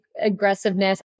aggressiveness